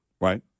Right